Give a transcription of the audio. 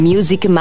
Music